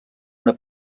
una